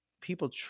people